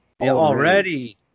already